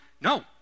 No